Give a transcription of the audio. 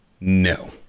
no